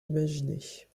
imaginer